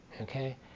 Okay